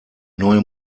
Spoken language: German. neue